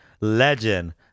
legend